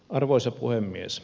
arvoisa puhemies